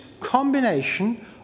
combination